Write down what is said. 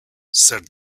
said